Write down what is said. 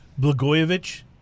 Blagojevich